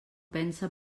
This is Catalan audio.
pensa